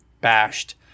bashed